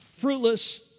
fruitless